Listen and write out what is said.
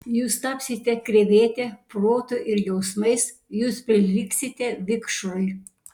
jūs tapsite krevete protu ir jausmais jūs prilygsite vikšrui